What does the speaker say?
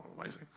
amazing